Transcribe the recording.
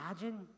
imagine